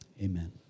Amen